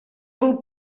был